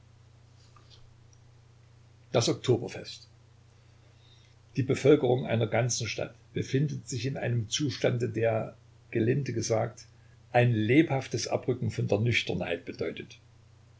das oktoberfest die bevölkerung einer ganzen stadt befindet sich in einem zustande der gelinde gesagt ein lebhaftes abrücken von der nüchternheit bedeutet